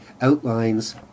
outlines